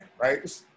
right